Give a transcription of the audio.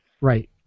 Right